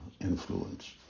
influence